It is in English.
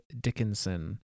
Dickinson